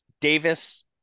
Davis